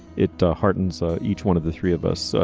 it hardens each one of the three of us.